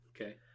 Okay